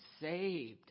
saved